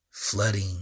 Flooding